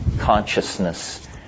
consciousness